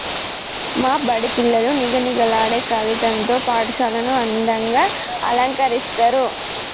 మా బడి పిల్లలు నిగనిగలాడే కాగితం తో పాఠశాలను అందంగ అలంకరిస్తరు